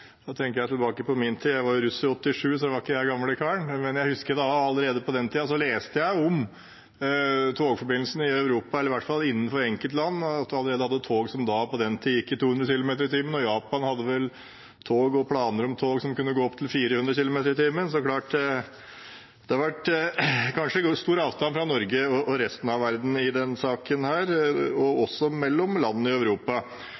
Da tenker jeg tilbake på min tid. Jeg var russ i 1987, så da var jeg ikke gamle karen, men jeg husker at allerede på den tiden leste jeg om togforbindelsene i Europa – eller i hvert fall innenfor enkeltland – at man allerede hadde tog som på den tiden gikk i 200 km/t, og Japan hadde vel planer om tog som kunne gå i opptil 400 km/t. Det er klart det kanskje har vært stor avstand mellom Norge og resten av verden i denne saken, og også mellom landene i Europa.